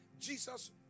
Jesus